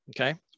Okay